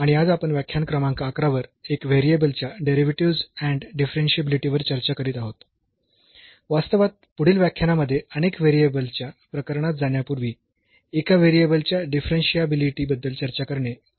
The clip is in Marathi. आणि आज आपण व्याख्यान क्रमांक 11 वर एक व्हेरिएबल च्या डेरिव्हेटिव्हस् अँड डिफरन्शियाबिलिटी वर चर्चा करीत आहोत वास्तवात पुढील व्याख्यानामध्ये अनेक व्हेरिएबलच्या प्रकरणात जाण्यापूर्वी एका व्हेरिएबलच्या डिफरन्शियाबिलिटी बद्दल चर्चा करणे खूप महत्वाचे आहे